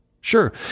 Sure